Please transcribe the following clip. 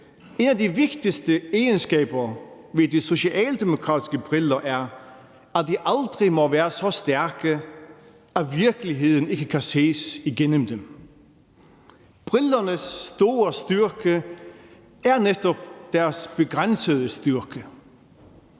en af de vigtigste egenskaber ved de socialdemokratiske briller er, at de aldrig må være så stærke, at virkeligheden ikke kan ses igennem dem. Brillernes store styrke er netop deres begrænsede styrke.